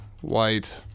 White